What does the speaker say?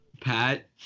Pat